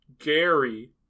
Gary